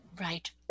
Right